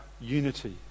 unity